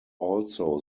also